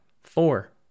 Four